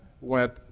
went